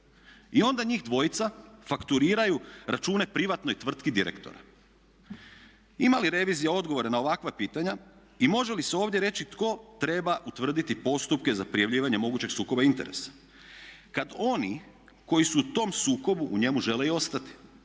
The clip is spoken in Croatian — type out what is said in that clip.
I onda njih dvojica fakturiraju račune privatnoj tvrtki direktora. Ima li revizija odgovore na ovakva pitanja i može li se ovdje reći tko treba utvrditi postupke za prijavljivanje mogućeg sukoba interesa kad oni koji su u tom sukobu u njemu žele i ostati.